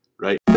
right